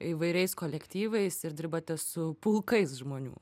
įvairiais kolektyvais ir dirbate su pulkais žmonių